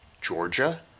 Georgia